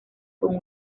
con